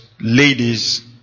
ladies